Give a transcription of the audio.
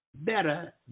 Better